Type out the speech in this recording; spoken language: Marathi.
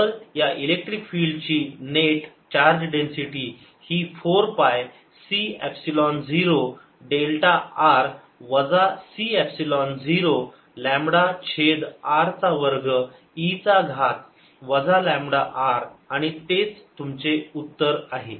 तर या इलेक्ट्रिक फील्ड ची नेट चार्ज डेन्सिटी ही 4 pi C epsilon 0 delta r वजा C एपसिलोन 0 लांबडा छेद r चा वर्ग e चा घात वजा लांबडा r आणि तेच तुमचे उत्तर आहे